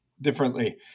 differently